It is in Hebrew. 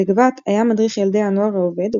בגבת היה מדריך ילדי הנוער העובד,